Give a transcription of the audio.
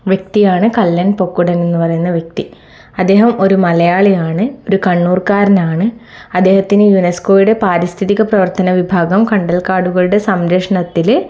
വ്യക്തിയാണ് കല്ലൻ പൊക്കുടൻ എന്ന് പറയുന്ന വ്യക്തി അദ്ദേഹം ഒരു മലയാളിയാണ് ഒരു കണ്ണൂർക്കാരനാണ് അദ്ദേഹത്തിന് യുനെസ്കോയുടെ പാരിസ്ഥിക പ്രവർത്തന വിഭാഗം കണ്ടൽ കാടുകളുടെ സംരക്ഷണത്തിൽ